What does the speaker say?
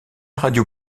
radio